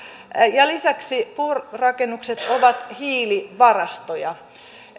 ja lisäksi puurakennukset ovat hiilivarastoja